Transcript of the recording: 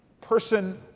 person